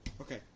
Okay